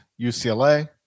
UCLA